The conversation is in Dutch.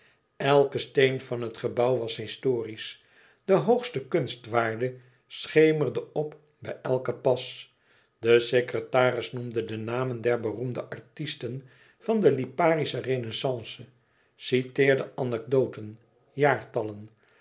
elke steen van het gebouw was historisch de hoogste kunstwaarde schemerde op bij elken pas de secretaris noemde de namen der beroemde artisten van de liparische renaissance citeerde anecdoten jaartallen